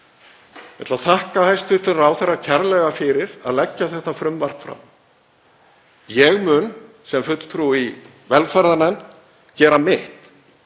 að þakka hæstv. ráðherra kærlega fyrir að leggja þetta frumvarp fram. Ég mun sem fulltrúi í velferðarnefnd gera mitt